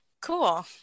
Cool